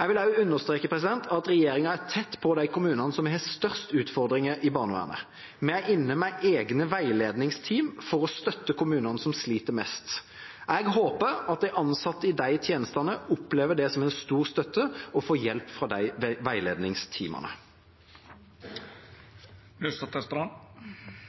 Jeg vil også understreke at regjeringa er tett på de kommunene som har størst utfordringer i barnevernet. Vi er inne med egne veiledningsteam for å støtte kommunene som sliter mest. Jeg håper at de ansatte i disse tjenestene opplever det som en stor støtte å få hjelp fra veiledningsteamene. Jeg opplever fortsatt ulik virkelighetsbeskrivelse fra statsråden og de